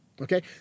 okay